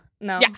No